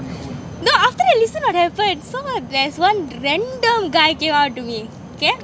no after that that's not what happened so there's one random guy came up to me okay